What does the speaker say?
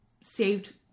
saved